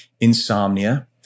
insomnia